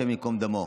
השם ייקום דמו.